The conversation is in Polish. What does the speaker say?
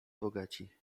bogaci